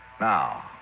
Now